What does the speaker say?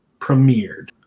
premiered